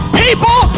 people